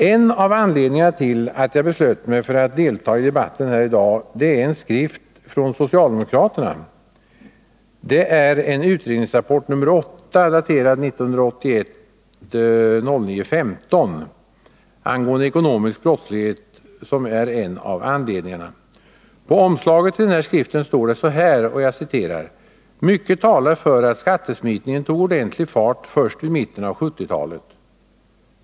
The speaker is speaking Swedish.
En av anledningarna till att jag beslöt mig för att deltaga i debatten här i dag är en skrift från socialdemokraterna, utredningsrapport nr 8, 1981-09-15, angående ekonomisk brottslighet. På omslaget till denna skrift står det så här: ”Mycket talar för att skattesmitningen tog ordentlig fart först vid mitten av 70-talet.